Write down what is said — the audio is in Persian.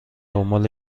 دنبال